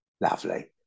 lovely